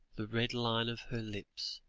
the red line of her lips